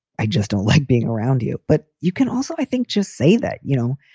i just don't like being around you. but you can also, i think, just say that, you know,